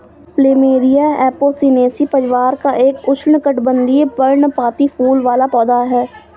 plumeria Apocynaceae परिवार का एक उष्णकटिबंधीय, पर्णपाती फूल वाला पौधा है